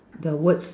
the words